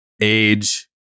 age